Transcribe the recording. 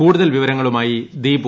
കൂടുതൽ വിവരങ്ങളുമായി ദീപു